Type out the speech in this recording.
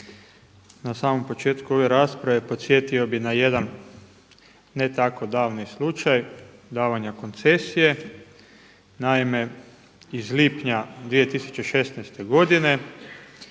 Na samom početku ove rasprave podsjetio bih na jedan tako davni slučaj davanja koncesije. Naime, iz lipnja 2016. godine